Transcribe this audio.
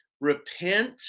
repent